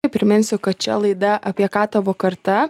priminsiu kad čia laida apie ką tavo karta